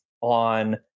on